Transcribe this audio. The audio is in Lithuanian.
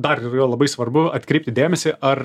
dar yra labai svarbu atkreipti dėmesį ar